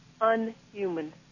unhuman